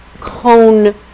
cone